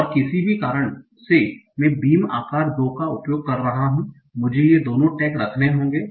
और किसी भी कारण से मैं बीम आकार 2 का उपयोग कर रहा हूं मुझे ये दोनों टैग रखने होंगे